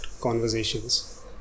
conversations